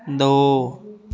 ਦੋ